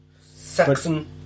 Saxon